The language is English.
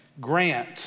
Grant